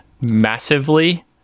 massively